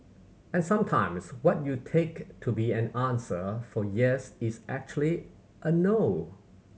and sometimes what you take to be an answer for yes is actually a no